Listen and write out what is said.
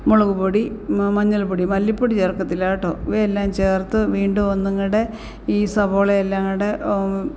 മുളക് പൊടി മഞ്ഞൾപ്പൊടി മല്ലിപ്പൊടി ചേർക്കത്തില്ല കേട്ടൊ ഇവയെല്ലാം ചേർത്ത് വീണ്ടും ഒന്നുംകൂടെ ഈ സവോള എല്ലാംകൂടെ ഓ